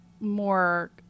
more